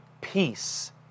peace